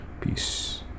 peace